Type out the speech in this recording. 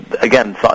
again